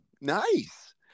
Nice